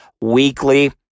weekly